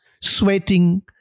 sweating